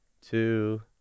two